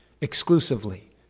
exclusively